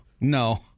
no